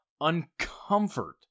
uncomfort